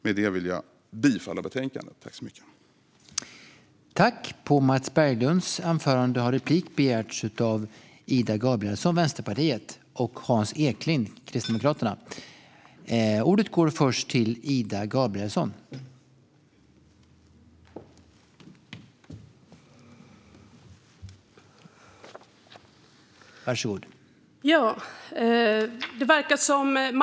Med detta yrkar jag bifall till utskottets förslag i betänkandet.